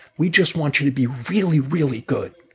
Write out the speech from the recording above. we just want you to be really, really good.